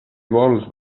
vols